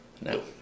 No